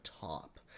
top